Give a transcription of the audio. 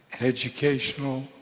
educational